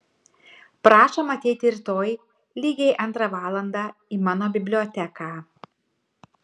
prašom ateiti rytoj lygiai antrą valandą į mano biblioteką